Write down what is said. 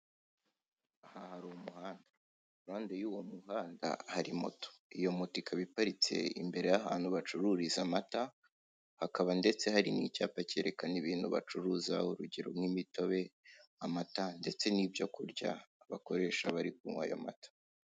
Aha hari umuhanda impande y'uwo muhanda hari moto. Iyo moto ikaba iparitse imbere y'ahantu bacururiza amata hakaba ndetse hari n'icyapa cyerekena ibintu bacuruza: urugero nk'imitobe, amata ndetse nibyo kurya bakoresha bari kunywa ayo mata.